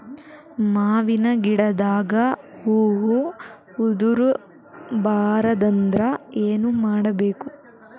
ಮಾವಿನ ಗಿಡದಾಗ ಹೂವು ಉದುರು ಬಾರದಂದ್ರ ಏನು ಮಾಡಬೇಕು?